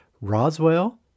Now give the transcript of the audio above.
Roswell